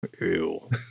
Ew